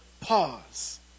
pause